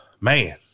man